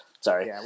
Sorry